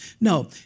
No